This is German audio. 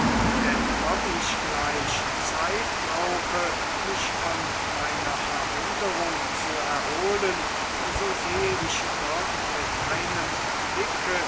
denn ob ich gleich zeit brauche mich von meiner verwunderung zu erholen so sehe ich doch mit einem blicke